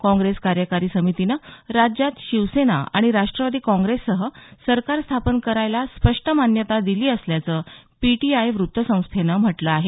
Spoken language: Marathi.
काँग्रेस कार्यकारी समितीनं राज्यात शिवसेना आणि राष्ट्रवादी काँग्रेससह सरकार स्थापन करायला स्पष्ट मान्यता दिली असल्याचं पीटीआय व्त्तसंस्थेनं म्हटलं आहे